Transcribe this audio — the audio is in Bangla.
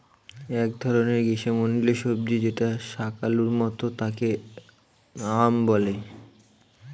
এক ধরনের গ্রীস্মমন্ডলীয় সবজি যেটা শাকালুর মত তাকে য়াম বলে